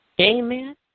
Amen